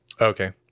okay